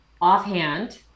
offhand